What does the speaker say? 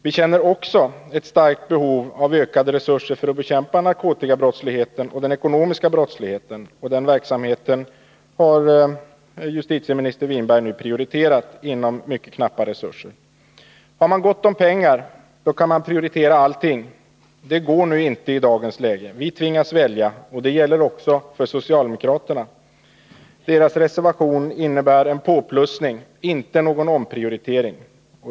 Vi känner även ett starkt behov av ökade resurser för bekämpning av narkotikabrottsligheten och den ekonomiska brottsligheten. Den verksamheten har nu justitieministern Winberg prioriterat trots mycket knappa resurser. Har man gott om pengar kan man prioritera allting. Det går inte i dagens läge, vi tvingas välja. Det gäller också för socialdemokraterna. Deras reservation innebär en påplussning, inte någon omprioritering.